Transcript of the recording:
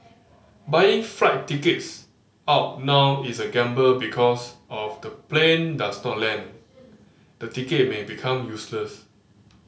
buying flight tickets out now is a gamble because of the plane does not land the ticket may become useless